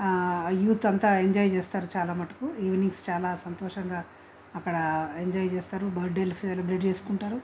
youth అంతా enjoy చేస్తారు చాలా మట్టుకు ఈవెనింగ్స్ చాలా సంతోషంగా అక్కడ ఎంజాయ్ చేస్తారు బర్త్ డేలు సెలబ్రేట్ చేసుకుంటారు